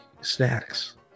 snacks